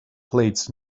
plates